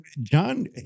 john